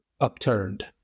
upturned